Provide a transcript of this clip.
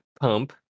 pump